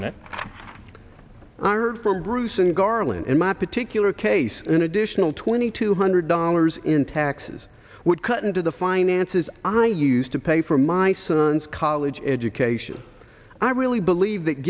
heard from bruce and garland in my particular case an additional twenty two hundred dollars in taxes would cut into the finances i used to pay for my son's college education i really believe that